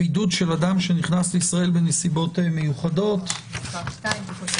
(בידוד של אדם שנכנס לישראל בנסיבות מיוחדות) (מס' 2) (תיקון מס'